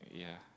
yeah